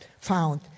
found